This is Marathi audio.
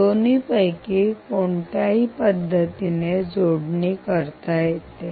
दोन्हीपैकी कोणत्याही पद्धतीने जोडणी करता येईल